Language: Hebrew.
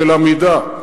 של המידה.